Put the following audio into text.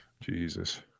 Jesus